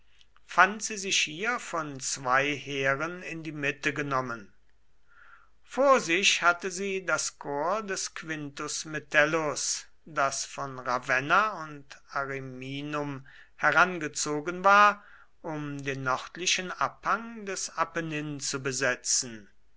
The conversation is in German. fand sie sich hier von zwei heeren in die mitte genommen vor sich hatte sie das korps des quintus metellus das von ravenna und ariminum herangezogen war um den nördlichen abhang des apennin zu besetzen